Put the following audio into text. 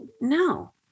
no